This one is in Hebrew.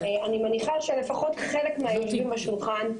אני מניחה שלפחות חלק מהיושבים בשולחן,